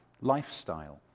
lifestyle